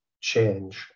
change